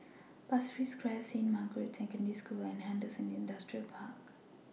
Pasir Ris Crest Saint Margaret's Secondary School and Henderson Industrial Park